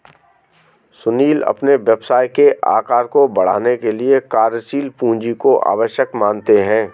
सुनील अपने व्यवसाय के आकार को बढ़ाने के लिए कार्यशील पूंजी को आवश्यक मानते हैं